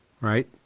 right